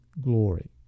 glory